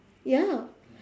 ya